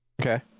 Okay